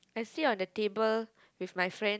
I sit on the table with my friend